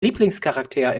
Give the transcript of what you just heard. lieblingscharakter